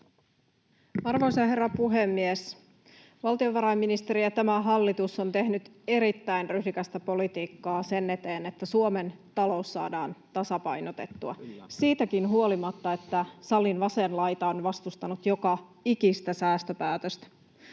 Arvoisa herra puhemies! Valtiovarainministeri ja tämä hallitus ovat tehneet erittäin ryhdikästä politiikkaa sen eteen, että Suomen talous saadaan tasapainotettua — siitäkin huolimatta, että salin vasen laita on vastustanut joka ikistä säästöpäätöstä.